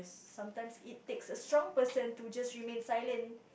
sometimes it takes a strong person to just remain silent